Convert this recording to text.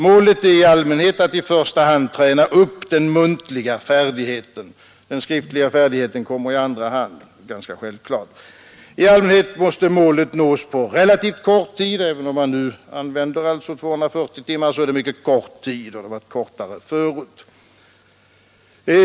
Målet är i allmänhet att i första hand träna upp den muntliga färdigheten; den skriftliga färdigheten kommer i andra hand — det är ganska självklart. I allmänhet måste målet nås på relativt kort tid; även om man nu använder 240 timmar så är det mycket kort tid, och den har varit kortare förut.